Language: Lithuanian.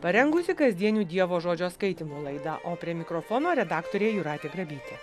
parengusi kasdienių dievo žodžio skaitymo laidą o prie mikrofono redaktorė jūratė grabytė